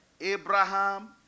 Abraham